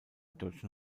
deutschen